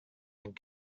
had